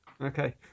Okay